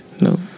No